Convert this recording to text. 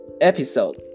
episode